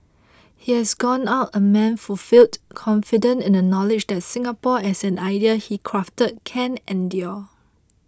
he has gone out a man fulfilled confident in the knowledge that Singapore as an idea he crafted can endure